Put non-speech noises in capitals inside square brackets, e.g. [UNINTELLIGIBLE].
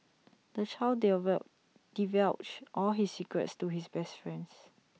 the child [UNINTELLIGIBLE] divulged all his secrets to his best friends